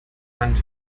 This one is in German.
hand